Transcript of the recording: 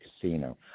casino